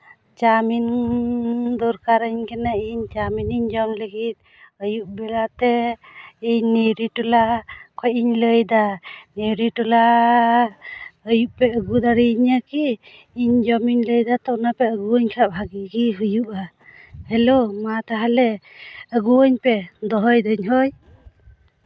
chowmein ᱫᱚᱨᱠᱟᱨᱟᱹᱧ ᱠᱟᱱᱟ ᱤᱧ ᱪᱟᱣᱢᱤᱱ ᱤᱧ ᱡᱚᱢ ᱞᱟᱹᱜᱤᱫ ᱟᱹᱭᱩᱵ ᱵᱮᱲᱟ ᱛᱮ ᱤᱧ ᱱᱤᱨᱤ ᱴᱚᱞᱟ ᱠᱷᱚᱱ ᱤᱧ ᱞᱟᱹᱭᱫᱟ ᱱᱤᱨᱤ ᱴᱚᱞᱟ ᱟᱹᱭᱩᱵ ᱯᱮ ᱟᱹᱜᱩ ᱫᱟᱲᱮ ᱟᱹᱧᱟᱹ ᱠᱤ ᱤᱧ ᱡᱚᱢᱤᱧ ᱞᱟᱹᱭᱫᱟ ᱛᱚ ᱚᱱᱟ ᱯᱮ ᱟᱹᱜᱩᱣᱟᱹᱧ ᱠᱷᱟᱱ ᱵᱷᱟᱹᱜᱤ ᱦᱩᱭᱩᱜᱼᱟ ᱦᱮᱞᱳ ᱢᱟ ᱛᱟᱦᱞᱮ ᱟᱹᱜᱩ ᱟᱹᱧ ᱯᱮ ᱫᱚᱦᱚᱭᱮᱫᱟᱹᱧ ᱦᱳᱭ